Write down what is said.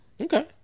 Okay